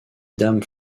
dam